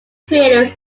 craters